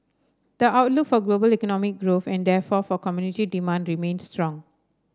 the outlook for global economic growth and therefore for commodity demand remains strong